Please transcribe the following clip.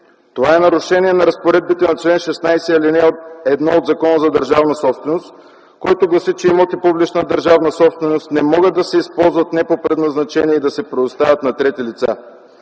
Това е нарушение на разпоредбите на чл. 16, ал. 1 от Закона за държавната собственост, който гласи, че имоти публична държавна собственост не могат да се използват не по предназначение и да се предоставят на трети лица.